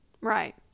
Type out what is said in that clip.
Right